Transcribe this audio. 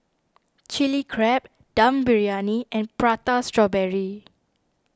Chili Crab Dum Briyani and Prata Strawberry